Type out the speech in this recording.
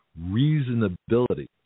reasonability